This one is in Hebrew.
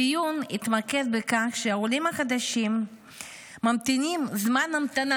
הדיון התמקד בכך שהעולים החדשים ממתינים זמן המתנה